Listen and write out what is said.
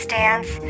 dance